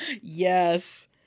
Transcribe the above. Yes